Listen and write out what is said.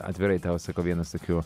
atvirai tau sakau vienas tokių